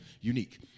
Unique